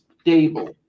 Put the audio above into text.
stable